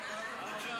לא,